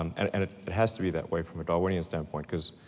um and and it has to be that way from a darwinian standpoint cause